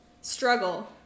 struggle